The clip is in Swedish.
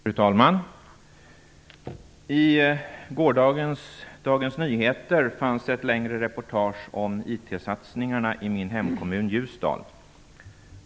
Fru talman! I gårdagens Dagens Nyheter fanns ett längre reportage om IT-satsningarna i min hemkommun Ljusdal.